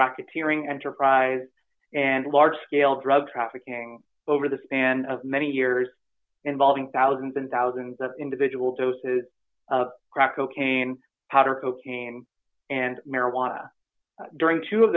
racketeering enterprise and large scale drug trafficking over the span of many years involving thousands and thousands of individual doses of crack cocaine powder cocaine and marijuana during two of